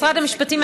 משרד המשפטים,